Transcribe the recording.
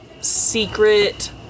secret